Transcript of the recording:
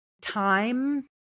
time